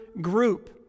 group